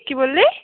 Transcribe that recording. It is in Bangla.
কী বললি